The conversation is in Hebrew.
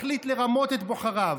החליט לרמות את בוחריו,